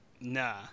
nah